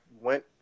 went